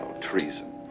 treason